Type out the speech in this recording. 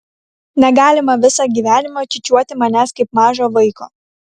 negalima visą gyvenimą čiūčiuoti manęs kaip mažo vaiko